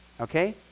Okay